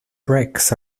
bricks